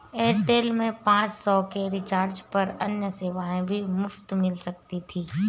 Airtel में पाँच सौ के रिचार्ज पर अन्य सेवाएं भी मुफ़्त मिला करती थी